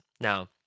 Now